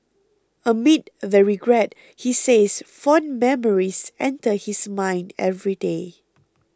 amid the regret he says fond memories enter his mind every day